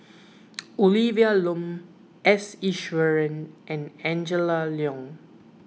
Olivia Lum S Iswaran and Angela Liong